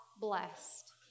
blessed